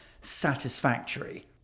satisfactory